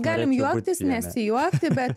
galim juoktis nesijuokti bet